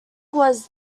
was